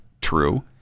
true